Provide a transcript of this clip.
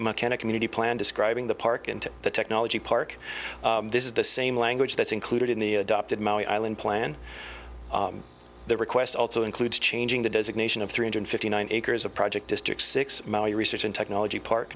mechanic community plan describing the park into the technology park this is the same language that's included in the adopted maui island plan the request also includes changing the designation of three hundred fifty nine acres of project district six research in technology park